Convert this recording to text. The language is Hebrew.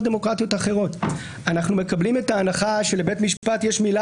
דמוקרטיות אחרות אנחנו מקבלים את ההנחה שלבית משפט יש את המילה